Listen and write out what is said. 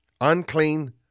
Unclean